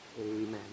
Amen